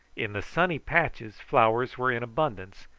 in the sunny patches flowers were in abundance,